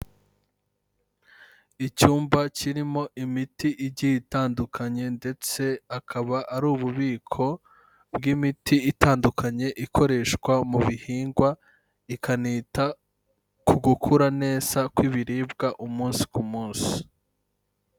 Icyumba kirimo imiti igiye itandukanye ndetse akaba ari ububiko bw'imiti itandukanye ikoreshwa mu bihingwa, ikanita ku gukura neza kw'ibiribwa umunsi ku munsi.